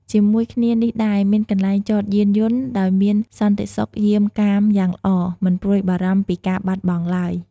ជាមួយគ្នានេះដែរ មានកន្លែងចតយានយន្ត ដោយមានសន្តិសុខយាមកាមយ៉ាងល្អ មិនព្រួយបារម្ភពីការបាត់បង់ឡើយ។